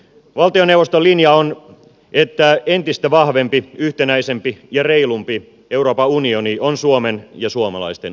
valtioneuvoston linja on että entistä vahvempi yhtenäisempi ja reilumpi euroopan unioni on suomen ja suomalaisten etu